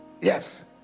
Yes